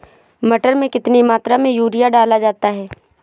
मटर में कितनी मात्रा में यूरिया डाला जाता है?